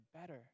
better